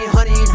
Honey